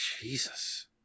Jesus